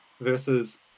versus